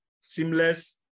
seamless